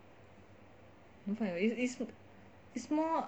don't find it is is more